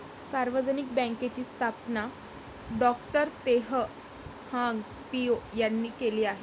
सार्वजनिक बँकेची स्थापना डॉ तेह हाँग पिओ यांनी केली आहे